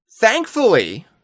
thankfully